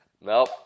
Nope